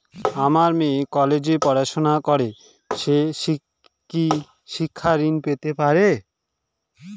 আমার মেয়ে কলেজে পড়াশোনা করে সে কি শিক্ষা ঋণ পেতে পারে?